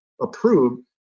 approved